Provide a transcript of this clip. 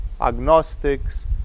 agnostics